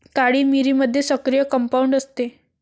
काळी मिरीमध्ये सक्रिय कंपाऊंड असते